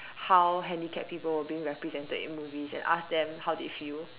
how handicapped people are being represented in movie and ask them how they feel